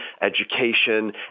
education